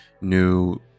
new